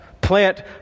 Plant